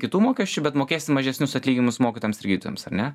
kitų mokesčių bet mokėsim mažesnius atlyginimus mokytojams ir gydytojams ar ne